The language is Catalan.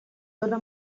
dóna